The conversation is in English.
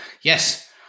Yes